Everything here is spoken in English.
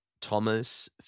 Thomas